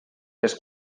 les